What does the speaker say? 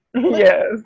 Yes